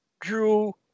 drew